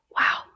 Wow